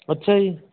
ਅੱਛਾ ਜੀ